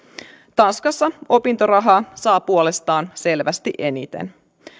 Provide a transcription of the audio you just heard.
tanskassa opintorahaa saa puolestaan selvästi eniten